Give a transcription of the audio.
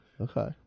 Okay